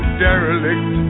derelict